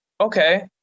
okay